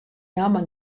namme